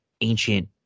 Ancient